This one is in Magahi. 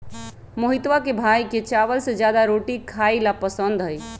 मोहितवा के भाई के चावल से ज्यादा रोटी खाई ला पसंद हई